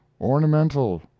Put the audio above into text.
ornamental